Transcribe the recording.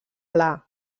pla